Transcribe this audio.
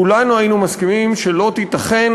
כולנו היינו מסכימים שלא ייתכן,